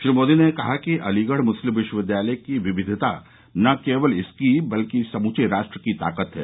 श्री मोदी ने कहा कि अलीगढ मुस्लिम विश्वविद्यालय की विविधता न केवल इसकी बल्कि समूचे राष्ट्र की ताकत है